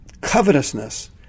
covetousness